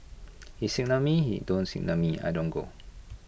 he signal me he don't signal me I don't go